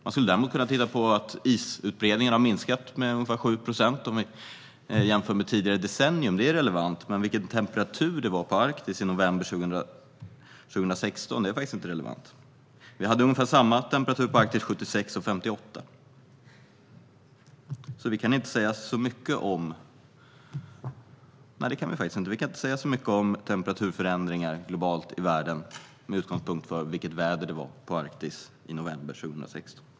Man skulle kunna titta på att isutbredningen har minskat med ungefär 7 procent jämfört med tidigare decennier - det är relevant - men temperaturen i Arktis i november 2016 är inte relevant. Arktis hade ungefär samma temperatur 1976 och 1958, så vi kan inte säga så mycket om globala temperaturförändringar med utgångspunkt i vädret i Arktis i november 2016.